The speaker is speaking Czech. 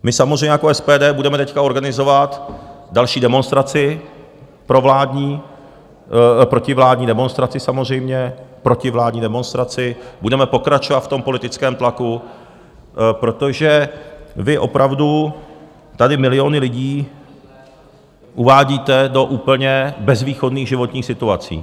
My samozřejmě jako SPD budeme teď organizovat další demonstraci provládní... protivládní demonstraci, samozřejmě, protivládní demonstraci, budeme pokračovat v politickém tlaku, protože vy opravdu tady miliony lidí uvádíte do úplně bezvýchodných životních situací.